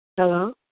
Hello